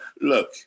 look